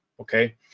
Okay